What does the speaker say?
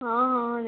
ହଁ ହଁ